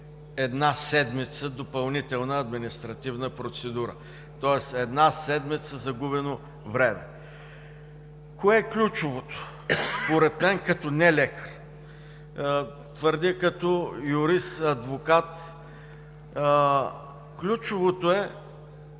една седмица допълнителна административна процедура. Тоест една седмица загубено време. Кое е ключовото според мен като не-лекар? Твърдя като юрист, адвокат – ключовото е